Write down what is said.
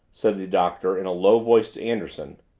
said the doctor in a low voice to anderson,